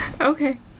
Okay